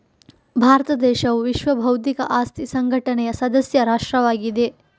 ಭಾರತ ದೇಶವು ವಿಶ್ವ ಬೌದ್ಧಿಕ ಆಸ್ತಿ ಸಂಘಟನೆಯ ಸದಸ್ಯ ರಾಷ್ಟ್ರವಾಗಿದೆ